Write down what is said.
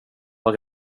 var